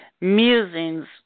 Musings